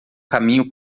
caminho